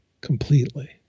completely